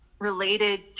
related